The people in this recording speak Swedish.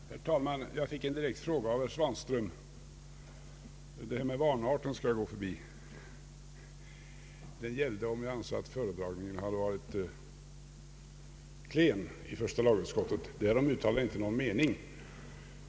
Herr talman! Jag fick en direkt fråga av herr Svanström. Vanarten skall jag dock gå förbi. Frågan gällde om jag ansåg att föredragningen i första lagutskottet hade varit klen.